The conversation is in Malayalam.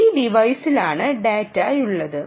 ഈ ടിവൈസിലാണ് ഡാറ്റയുള്ളത്